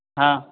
हाँ